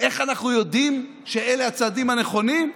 איך אנחנו יודעים שאלה הצעדים הנכונים?